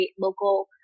local